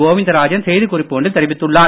கோவிந்தராஜன் செய்திக் குறிப்பு ஒன்றில் தெரிவித்துள்ளார்